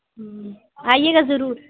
آئیے گا ضرور